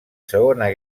segona